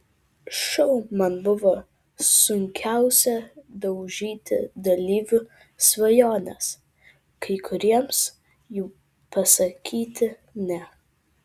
šou man buvo sunkiausia daužyti dalyvių svajones kai kuriems jų pasakyti ne